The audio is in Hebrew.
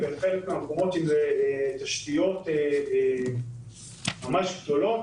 תשתיות גדולות,